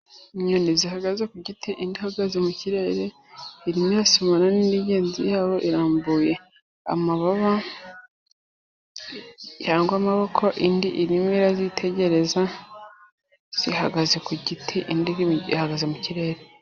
Inyoni zihagaze ku giti, indi ihagaze mu kirere irimo irasomana n'indi ngenzi ya bo irambuye amababa yangwa amaboko, indi imwe irazitegereza, zihagaze ku giti indi ihagaze mu kirere.